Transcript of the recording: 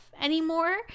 anymore